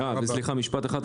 משפט אחרון,